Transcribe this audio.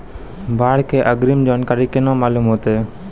बाढ़ के अग्रिम जानकारी केना मालूम होइतै?